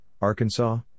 Arkansas